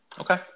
Okay